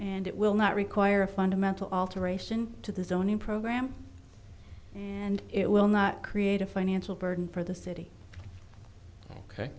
and it will not require a fundamental alteration to the zoning program and it will not create a financial burden for the city ok